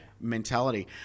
mentality